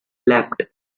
leapt